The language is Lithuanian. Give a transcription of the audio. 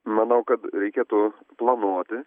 manau kad reikėtų planuoti